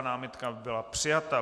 Námitka byla přijata.